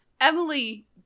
Emily